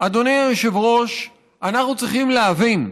אדוני היושב-ראש, אנחנו צריכים להבין: